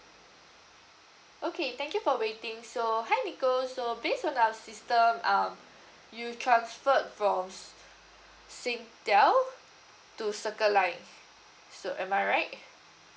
okay thank you for waiting so hi nicole so based on our system um you transferred from S~ SINGTEL to circlelife so am I right